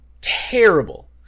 terrible